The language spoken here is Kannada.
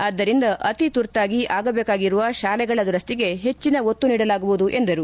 ಆದ್ದರಿಂದ ಅತೀ ತುರ್ತಾಗಿ ಆಗಬೇಕಾಗಿರುವ ಶಾಲೆಗಳ ದುರಚ್ಚಿಗೆ ಹೆಚ್ಚಿನ ಒತ್ತು ನೀಡಲಾಗುವುದು ಎಂದರು